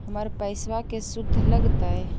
हमर पैसाबा के शुद्ध लगतै?